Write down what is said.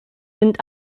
sind